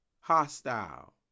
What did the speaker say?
hostile